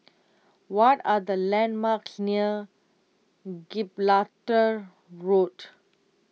what are the landmarks near Gibraltar Road